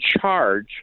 charge